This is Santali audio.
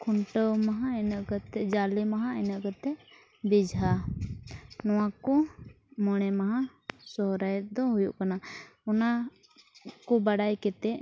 ᱠᱷᱩᱱᱴᱟᱹᱣ ᱢᱟᱦᱟ ᱤᱱᱟᱹ ᱠᱟᱛᱮ ᱡᱟᱞᱮ ᱢᱟᱦᱟ ᱤᱱᱟᱹ ᱠᱟᱛᱮ ᱵᱮᱡᱷᱟ ᱱᱚᱣᱟ ᱠᱚ ᱢᱚᱬᱮ ᱢᱟᱦᱟ ᱥᱚᱦᱨᱟᱭ ᱫᱚ ᱦᱩᱭᱩᱜ ᱠᱟᱱᱟ ᱚᱱᱟ ᱠᱚ ᱵᱟᱲᱟᱭ ᱠᱟᱛᱮ